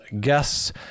guests